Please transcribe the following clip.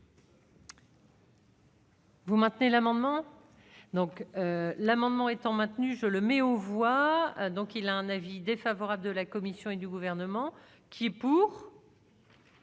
Vous maintenez l'amendement donc l'amendement étant maintenu, je le mets aux voix donc il un avis défavorable de la Commission et du gouvernement qui pour.